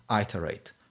Iterate